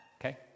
okay